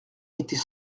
était